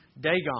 Dagon